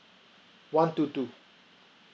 one two two